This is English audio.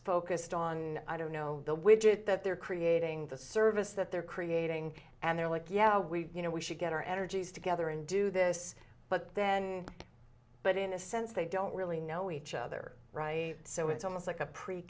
focused on i don't know the widget that they're creating the service that they're creating and they're like yeah we you know we should get our energies together and do this but then but in a sense they don't really know each other right so it's almost like a pre